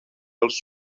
els